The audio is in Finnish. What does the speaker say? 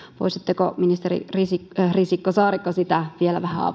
voisitteko ministeri risikko risikko saarikko sitä vielä vähän